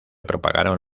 propagaron